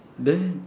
then